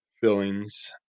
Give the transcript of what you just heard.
fillings